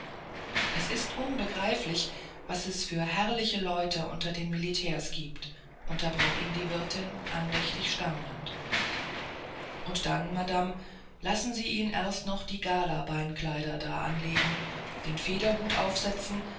es ist unbegreiflich was es für herrliche leute unter den militärs gibt unterbrach ihn die wirtin andächtig staunend und dann madame lassen sie ihn erst noch die galabeinkleider da anlegen den federhut aufsetzen